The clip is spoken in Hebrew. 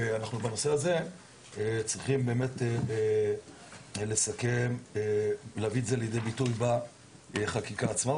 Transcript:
ובנושא הזה אנחנו באמת צריכים להביא את זה לידי ביטוי בחקיקה עצמה,